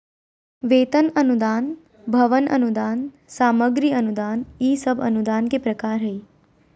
वेतन अनुदान, भवन अनुदान, सामग्री अनुदान ई सब अनुदान के प्रकार हय